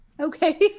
Okay